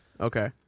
Okay